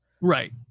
right